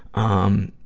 um,